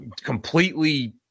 completely